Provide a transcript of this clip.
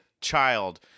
child